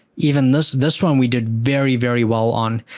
even this this one we did very, very well on.